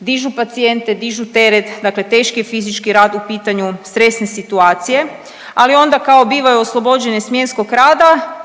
dižu pacijente, dižu teret, dakle teški je fizički rad u pitanju, stresne situacije, ali onda kao bivaju oslobođene smjenskog rada,